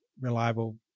reliable